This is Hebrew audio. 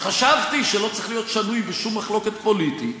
שחשבתי שהוא לא צריך להיות שנוי בשום מחלוקת פוליטית,